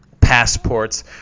passports